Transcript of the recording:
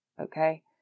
Okay